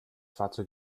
fahrzeug